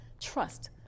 trust